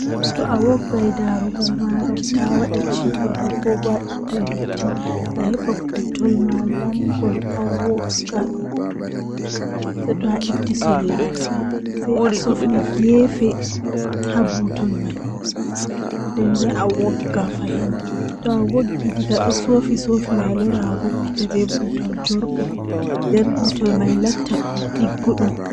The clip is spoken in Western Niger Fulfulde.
Wuluki nange be wakkati nange don laata caappan e nay e jweenay nden jemma bo don laata cappan e jweetati e didi feere e tati feere e nay.